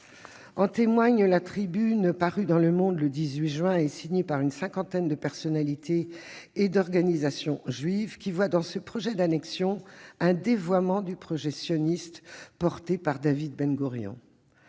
En témoigne la tribune parue dans le 18 juin dernier : l'ont signée une cinquantaine de personnalités et d'organisations juives qui voient dans ce projet d'annexion un dévoiement du projet sioniste porté par David Ben Gourion.